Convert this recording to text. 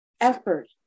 effort